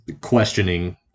questioning